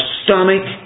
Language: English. stomach